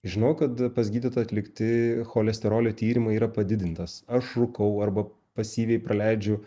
žinau kad pas gydytoją atlikti cholesterolio tyrimai yra padidintas aš rūkau arba pasyviai praleidžiu